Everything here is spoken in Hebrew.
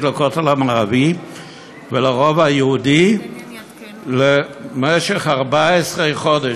לכותל המערבי ולרובע היהודי למשך 14 חודש,